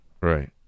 Right